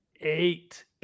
eight